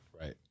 Right